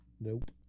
Nope